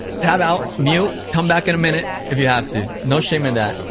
tap out, mute, come back in a minute if you have to, no shame in that,